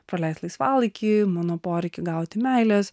praleist laisvalaikį mano poreikį gauti meilės